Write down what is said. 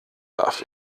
darf